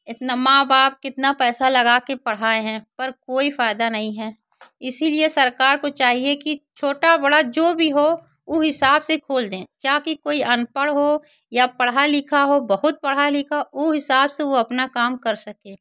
इतना माँ बाप कितना पैसा लगाकर पढ़ाएँ हैं पर कोई फायदा नहीं है इसीलिए सरकार को चाहिए कि छोटा बड़ा जो भी हो ऊ हिसाब से खोल दें ताकि कोई अनपढ़ हो या पढ़ा लिखा हो बहुत पढ़ा लिखा हो ऊ हिसाब से वह अपना काम कर सके